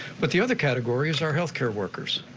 but the other category is our health care workers.